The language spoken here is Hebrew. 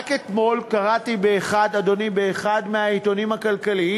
אדוני, רק אתמול קראתי באחד העיתונים הכלכליים,